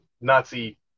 Nazi